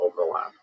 overlap